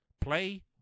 Play